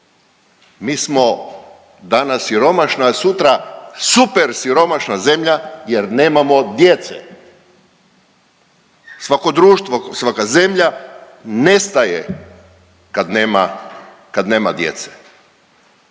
mi smo danas siromašna, a sutra super siromašna zemlja jer nemamo djece. Svako društvo, svaka zemlja nestaje kad nema,